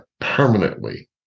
permanently